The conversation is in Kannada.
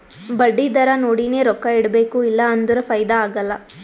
ಬಡ್ಡಿ ದರಾ ನೋಡಿನೆ ರೊಕ್ಕಾ ಇಡಬೇಕು ಇಲ್ಲಾ ಅಂದುರ್ ಫೈದಾ ಆಗಲ್ಲ